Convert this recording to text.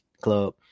club